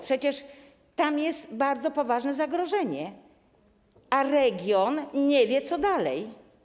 Przecież tam jest bardzo poważne zagrożenie, a region nie wie co dalej.